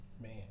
Man